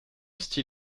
style